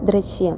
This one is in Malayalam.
ദൃശ്യം